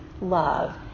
love